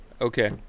Okay